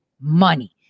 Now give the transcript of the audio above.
money